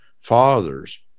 fathers